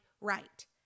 right